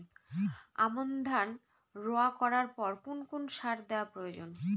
আমন ধান রোয়া করার পর কোন কোন সার দেওয়া প্রয়োজন?